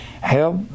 help